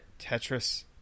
Tetris